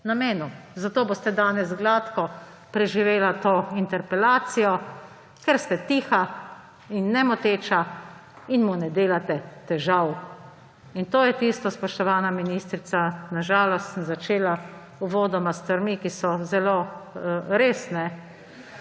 Zato boste danes gladko preživeli to interpelacijo, ker ste tiha in nemoteča in mu ne delate težav. In to je tisto, spoštovana ministrica, na žalost sem začela, uvodoma, s stvarmi, ki so zelo resne.